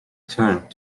turned